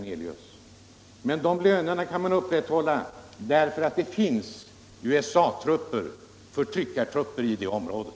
Men de lönerna kan upprätthållas endast därför att det finns USA-trupper — förtryckartrupper — i landet.